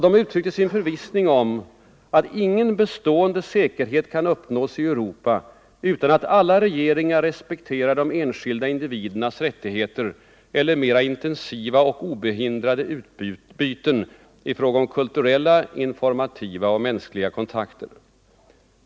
De uttryckte sin förvissning om att ”ingen bestående säkerhet kan — Ang. säkerhetsoch uppnås i Europa utan att alla regeringar respekterar de enskilda indi — nedrustningsfrågorvidernas rättigheter eller mer intensiva och obehindrade utbyten i fråga — na om kulturella, informativa och mänskliga kontakter”.